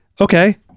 Okay